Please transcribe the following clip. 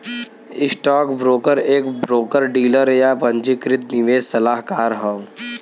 stockbroker एक broker dealer, या पंजीकृत निवेश सलाहकार हौ